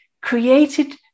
created